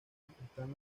están